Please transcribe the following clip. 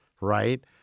right